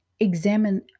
Examine